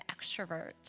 extrovert